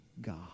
God